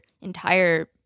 entire